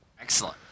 Excellent